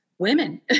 women